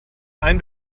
ein